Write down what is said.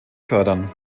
fördern